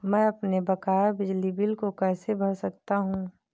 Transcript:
मैं अपने बकाया बिजली बिल को कैसे भर सकता हूँ?